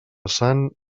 sant